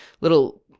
little